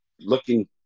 looking